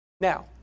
Now